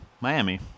Miami